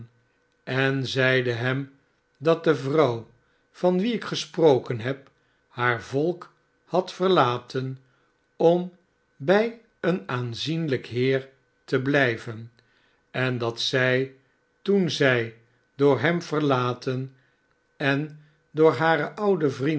en zeide hem dat de vrouw van wie ik gesproken neb haar volk had verlaten om bij een aairzienlijk heer te blijven en dat zij toen zij door hem verlaten efl door hare oude vrienden